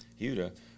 Huda